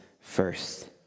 first